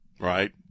Right